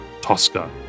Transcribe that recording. Tosca